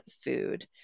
food